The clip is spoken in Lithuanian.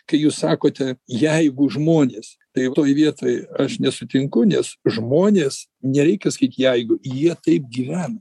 kai jūs sakote jeigu žmonės tai toj vietoj aš nesutinku nes žmonės nereikia sakyt jeigu jie taip gyvena